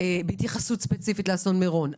בהתייחסות ספציפית לאסון מירון.